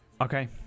Okay